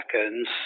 seconds